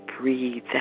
breathe